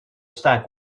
stack